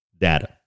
data